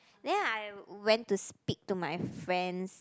then I went to speak to my friends